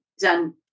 done